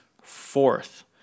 fourth